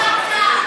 שקרן, שקרן.